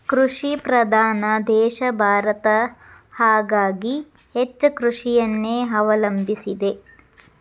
ಕೃಷಿ ಪ್ರಧಾನ ದೇಶ ಭಾರತ ಹಾಗಾಗಿ ಹೆಚ್ಚ ಕೃಷಿಯನ್ನೆ ಅವಲಂಬಿಸಿದೆ